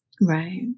Right